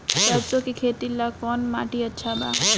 सरसों के खेती ला कवन माटी अच्छा बा?